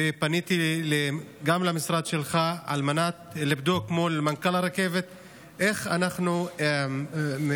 ופניתי גם למשרד שלך על מנת לבדוק מול מנכ"ל הרכבת איך אנחנו מנסים,